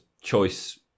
choice